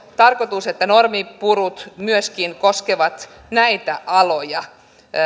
tarkoitus että normin purut koskevat myöskin näitä aloja